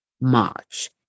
March